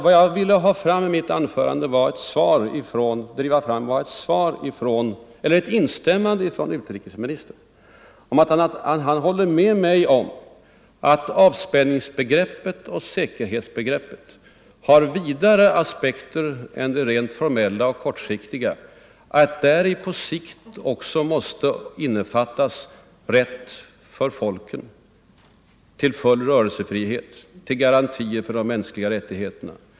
Vad jag ville driva fram med mitt anförande var alltså ett instämmande från utrikesministern om att avspänningsbegreppet och säkerhetsbegreppet har vidare aspekter än de rent formella och kortsiktiga, att däri på sikt också måste innefattas rätt för folken till full rörelsefrihet, garantier för de mänskliga rättigheterna.